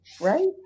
right